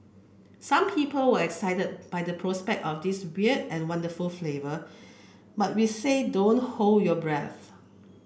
some people were excited by the prospect of this weird and wonderful flavour but we say don't hold your breath